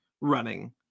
running